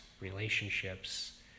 relationships